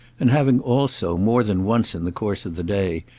and having also, more than once in the course of the day,